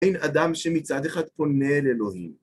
אין אדם שמצד אחד פונה לאלוהים.